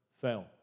fail